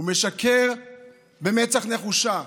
הוא משקר במצח נחושה,